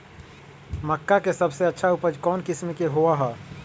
मक्का के सबसे अच्छा उपज कौन किस्म के होअ ह?